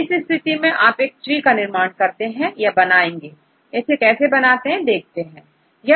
तो इस स्थिति में आप एक ट्री का निर्माण करते हैं इसे कैसे बनाएंगे देखते हैं